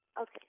Okay